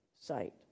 site